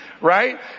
right